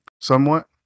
somewhat